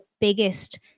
biggest